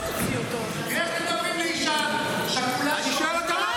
אתה רוצה שאקרא לך?